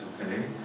Okay